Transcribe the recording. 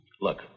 Look